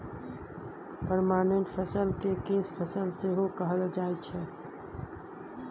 permanent फसल केँ कैस फसल सेहो कहल जाइ छै